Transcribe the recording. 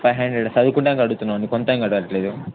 five hundred చదువుకోడానికి అడుతున్నాం అండి సొంతంకు అడగట్లేదు